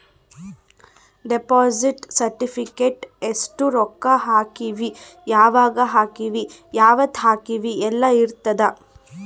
deposit certificate ಎಸ್ಟ ರೊಕ್ಕ ಹಾಕೀವಿ ಯಾವಾಗ ಹಾಕೀವಿ ಯಾವತ್ತ ಹಾಕೀವಿ ಯೆಲ್ಲ ಇರತದ